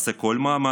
אעשה כל מאמץ